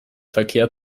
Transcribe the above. verkehr